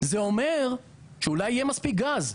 זה אומר שאולי יהיה מספיק גז,